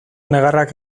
negarrak